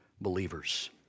believers